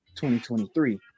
2023